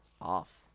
off